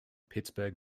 pittsburgh